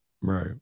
Right